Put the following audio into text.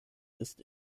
ist